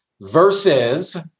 versus